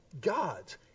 God's